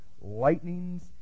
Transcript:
lightnings